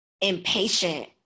impatient